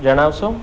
જણાવશો